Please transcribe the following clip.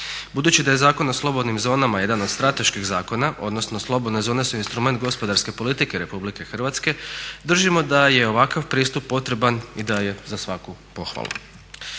Budući da je Zakon o slobodnim zonama jedan od strateških zakona, odnosno slobodne zone su instrument gospodarske politike RH, držimo da je ovakav pristup potreban i da je za svaku pohvalu.